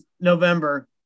November